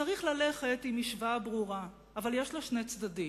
צריך ללכת עם משוואה ברורה, אבל יש לה שני צדדים,